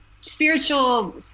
spiritual